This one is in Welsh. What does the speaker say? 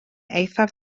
eithaf